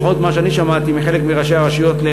לפחות ממה שאני שמעתי מחלק מראשי הרשויות,